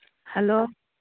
hello